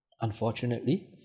Unfortunately